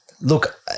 Look